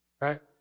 Right